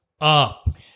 up